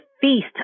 feast